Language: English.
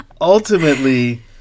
ultimately